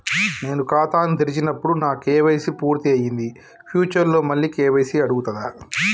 నేను ఖాతాను తెరిచినప్పుడు నా కే.వై.సీ పూర్తి అయ్యింది ఫ్యూచర్ లో మళ్ళీ కే.వై.సీ అడుగుతదా?